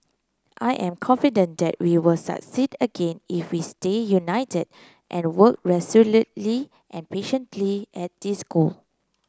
I am confident that we will succeed again if we stay united and work resolutely and patiently at this goal